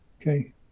Okay